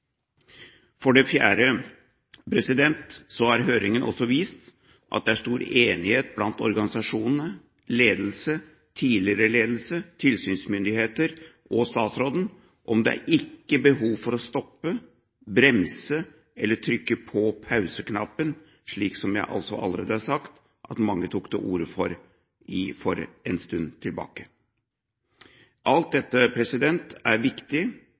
For det fjerde har høringen også vist at det er stor enighet blant organisasjonene, ledelsen, tidligere ledelse, tilsynsmyndigheter og statsråden om at det ikke er behov for å stoppe, bremse eller trykke på pauseknappen, slik – som jeg allerede har sagt – mange tok til orde for en stund tilbake. Alt dette er viktig,